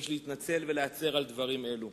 יש להתנצל ולהצר על דברים אלה.